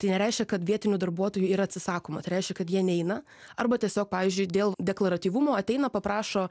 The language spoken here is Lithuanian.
tai nereiškia kad vietinių darbuotojų yra atsisakoma tai reiškia kad jie neina arba tiesiog pavyzdžiui dėl deklaratyvumo ateina paprašo